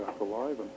alive